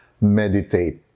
Meditate